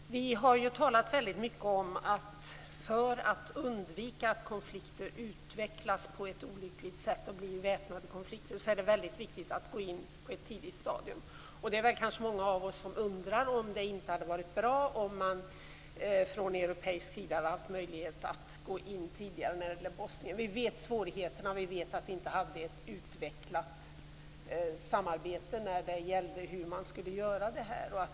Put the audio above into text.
Herr talman! Vi har ju talat väldigt mycket om att det är viktigt att agera på ett tidigt stadium för att undvika att konflikter utvecklas på ett olyckligt sätt till att bli väpnade konflikter. Det är säkert många av oss som undrar om det inte hade varit bra om man från europeisk sida hade haft möjlighet att gå in tidigare när det gällde Bosnien. Vi känner till svårigheterna, och vi vet att vi inte hade ett utvecklat samarbete när det gällde hur detta skulle genomföras.